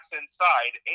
inside